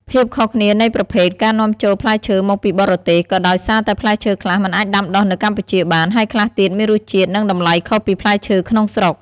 ភាពខុសគ្នានៃប្រភេទ ការនាំចូលផ្លែឈើមកពីបរទេសក៏ដោយសារតែផ្លែឈើខ្លះមិនអាចដាំដុះនៅកម្ពុជាបាន ហើយខ្លះទៀតមានរស់ជាតិ និងតម្លៃខុសពីផ្លែឈើក្នុងស្រុក។